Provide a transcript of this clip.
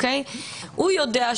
הוא יודע,